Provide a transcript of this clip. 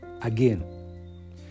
again